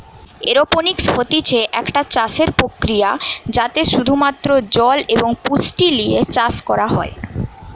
aeroponics হতিছে একটা চাষসের প্রক্রিয়া যাতে শুধু মাত্র জল এবং পুষ্টি লিয়ে চাষ করা হয়